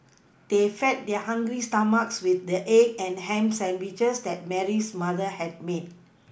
they fed their hungry stomachs with the egg and ham sandwiches that Mary's mother had made